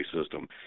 system